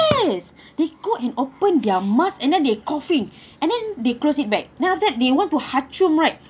yes they go and open their mask and then they coughing and then they close it back then after that they want to right